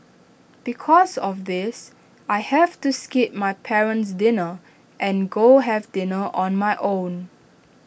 because of this I have to skip my parent's dinner and go have dinner on my own